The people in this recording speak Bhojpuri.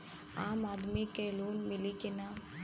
आम आदमी के लोन मिली कि ना?